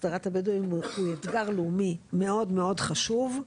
הסדרת הבדואים הוא אתגר לאומי מאוד מאוד חשוב,